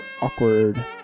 Awkward